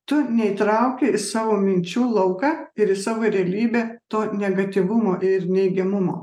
tu neįtrauki į savo minčių lauką ir į savo realybę to negatyvumo ir neigiamumo